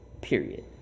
period